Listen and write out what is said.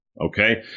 okay